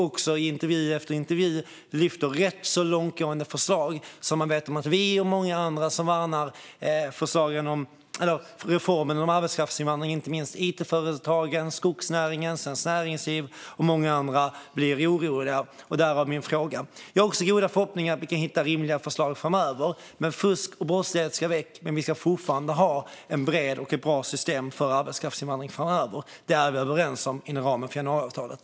I intervju efter intervju lyfter de fram rätt så långtgående förslag. Vi och många andra värnar arbetskraftsinvandringen. Inte minst it-företagen, skogsnäringen, Svenskt Näringsliv och många andra blev oroliga, och därav min fråga. Jag har också goda förhoppningar om att vi kan hitta rimliga förslag framöver. Fusk och brottslighet ska väck, men vi ska fortfarande ha en bredd och ett bra system för arbetskraftsinvandring framöver. Det är vi överens om inom ramen för januariavtalet.